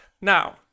now